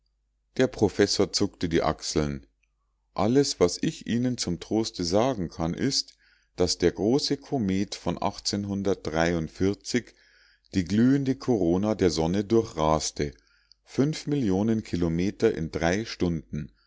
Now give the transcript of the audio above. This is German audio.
der professor zuckte die achseln alles was ich ihnen zum troste sagen kann ist daß der große komet von die glühende korona der sonne durchraste millionen kilometer in drei stunden